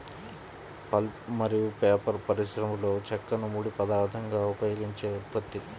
pulp మరియు paper పరిశ్రమలోచెక్కను ముడి పదార్థంగా ఉపయోగించే ఉత్పత్తి